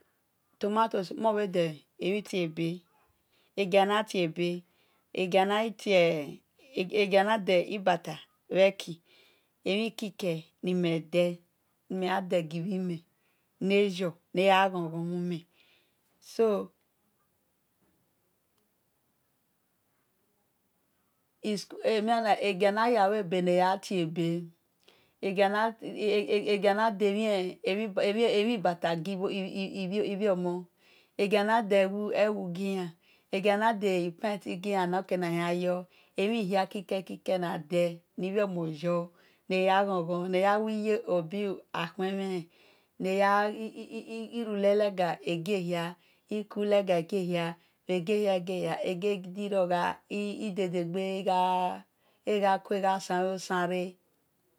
Tomatoes mon bhe de bhi tiebe egianu tie be egia na tie egianu de- ibata bheki ni meh de ni meh yan de gi bhi meh nayor na gha ghon-ghon- ni me-so egianu tiebe egiana dibata gi bhiomo-egianu dewu gian-egiana di panti gian ne̱ anyo egia na di emhi kiker kike ne ya ghon-ghon ne̱ ya wi ye̱ abiu akhuemhen naya rulelegu egiehia egiehia-egie hia egirio gha dede gbe egha-ku eghu san yo san re